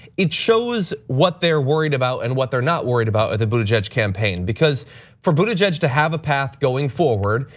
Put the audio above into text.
it shows what they're worried about and what they're not worried about what the buttigieg campaign. because for buttigieg to have a path going forward,